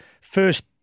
first